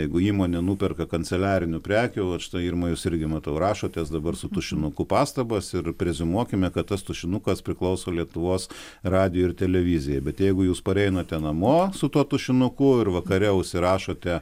jeigu įmonė nuperka kanceliarinių prekių vat štai irma jūs irgi matau rašotės dabar su tušinuku pastabas ir preziumuokime kad tas tušinukas priklauso lietuvos radijui ir televizijai bet jeigu jūs pareinate namo su tuo tušinuku ir vakare užsirašote